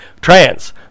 trans